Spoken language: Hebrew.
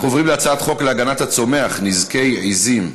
אנחנו עוברים להצעת חוק להגנת הצומח (נזקי עיזים)